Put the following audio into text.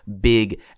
big